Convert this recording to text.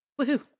Woohoo